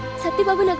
satti babu. and